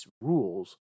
rules